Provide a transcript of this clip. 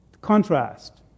Contrast